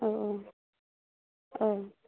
अ अ अ